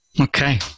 Okay